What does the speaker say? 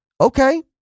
Okay